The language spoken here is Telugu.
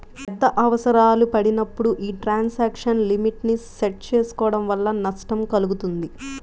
పెద్ద అవసరాలు పడినప్పుడు యీ ట్రాన్సాక్షన్ లిమిట్ ని సెట్ చేసుకోడం వల్ల నష్టం కల్గుతుంది